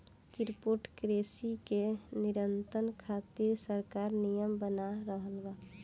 crypto currency के नियंत्रण खातिर सरकार नियम बना रहल बा